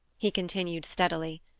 he continued steadily.